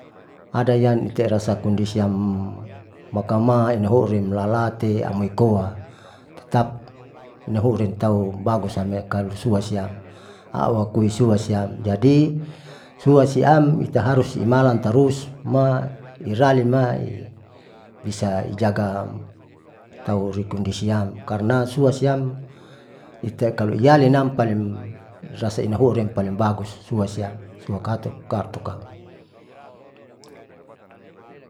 Adayan iterasa kondisiam makama inahoure lalate amoykoa, tetap pinahounte taubagusnam mekalosuasiam auakui suasiam jadi sua siam itaharus imalan tarus mairalin maibisa ijaga taurikondisiam karna sua siam ita kalo iyalinam paling rasa inhun re paling bagus suasiam, suakartokam